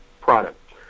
product